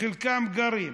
חלקם גרים.